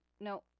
no